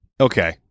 Okay